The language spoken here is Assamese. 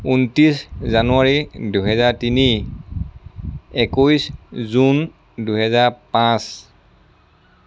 ঊনত্ৰিশ জানুৱাৰী দুহেজাৰ তিনি একৈশ জুন দুহেজাৰ পাঁচ